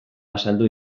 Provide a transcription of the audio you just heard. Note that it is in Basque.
azaldu